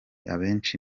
abenshi